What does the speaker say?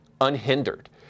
unhindered